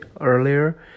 earlier